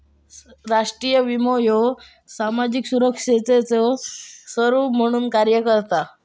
राष्ट्रीय विमो ह्यो सामाजिक सुरक्षेचो स्वरूप म्हणून कार्य करता